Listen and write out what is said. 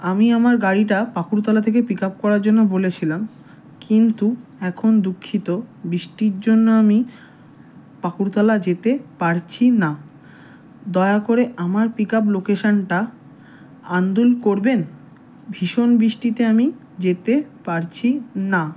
আমি আমার গাড়িটা পাকুড় তলা থেকে পিক আপ করার জন্য বলেছিলাম কিন্তু এখন দুঃখিত বৃষ্টির জন্য আমি পাকুড় তলা যেতে পারছি না দয়া করে আমার পিক আপ লোকেশানটা আন্দুল করবেন ভীষণ বৃষ্টিতে আমি যেতে পারছি না